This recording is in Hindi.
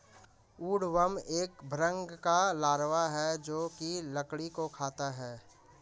वुडवर्म एक भृंग का लार्वा है जो की लकड़ी को खाता है